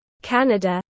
Canada